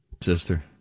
sister